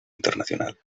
internacional